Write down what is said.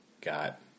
got